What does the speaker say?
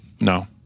No